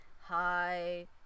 hi